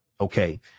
okay